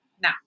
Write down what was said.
Now